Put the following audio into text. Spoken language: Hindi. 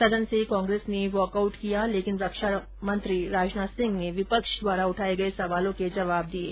सदन से कांग्रेस ने वॉकआउट किया लेकिन रक्षा मंत्री राजनाथ सिंह ने विपक्ष द्वारा उठाये गये सवालों के जवाब दिये